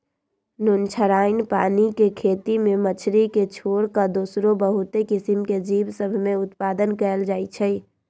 नुनछ्राइन पानी के खेती में मछरी के छोर कऽ दोसरो बहुते किसिम के जीव सभ में उत्पादन कएल जाइ छइ